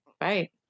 Right